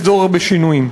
יש צורך בשינויים.